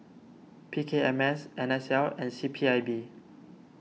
P K M S N S L and C P I B